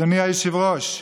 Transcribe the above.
אדוני היושב-ראש,